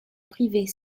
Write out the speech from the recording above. priver